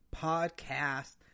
podcast